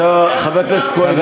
חבר הכנסת מאיר כהן.